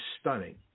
stunning